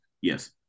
yes